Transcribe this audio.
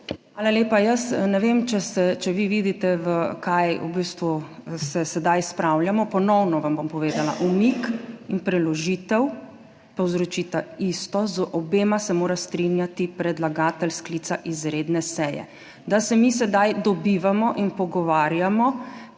Hvala lepa. Jaz ne vem, če vi vidite kaj, v bistvu, se sedaj spravljamo. Ponovno vam bom povedala, umik in preložitev povzročita isto, z obema se mora strinjati predlagatelj sklica izredne seje. Da se mi sedaj dobivamo in pogovarjamo,